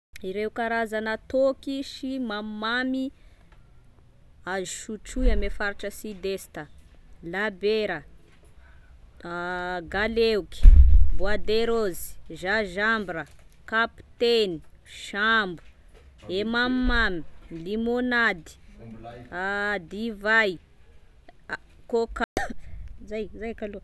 Ireo karazana toaky sy mamimamy azo sotroy amy faritra sud est labera, galeoky, bois de rose, gingembra, kapiteny, sambo, e mamimamy limonady, divay, coca, zay, zay kaloa.